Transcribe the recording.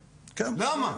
למה?